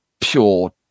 pure